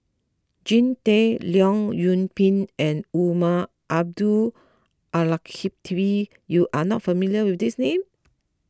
Jean Tay Leong Yoon Pin and Umar Abdullah Al Khatib you are not familiar with these names